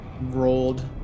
rolled